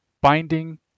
Binding